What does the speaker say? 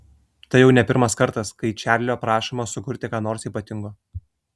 tai jau ne pirmas kartas kai čarlio prašoma sukurti ką nors ypatingo